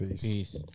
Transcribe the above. Peace